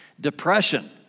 Depression